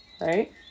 Right